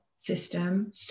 system